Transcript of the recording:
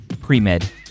Pre-Med